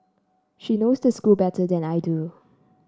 she knows the school better than I do